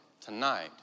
Tonight